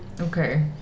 Okay